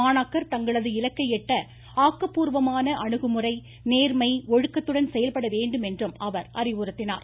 மாணாக்கர் தங்களது இலக்கை எட்ட ஆக்கப்பூர்வமான அணுகுமுறை நேர்மை ஒழுக்கத்துடன் செயல்பட வேண்டும் என்று அறிவுறுத்தினார்